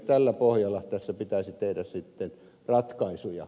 tältä pohjalta tässä pitäisi tehdä sitten ratkaisuja